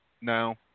No